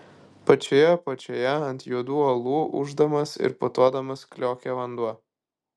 pačioje apačioje ant juodų uolų ūždamas ir putodamas kliokė vanduo